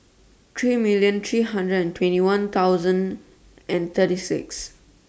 three million three hundred and twenty one thousand and thirty six